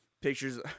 pictures